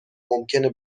ممکنه